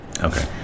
okay